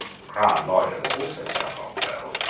the crown lawyers also struck off twelve.